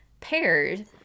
paired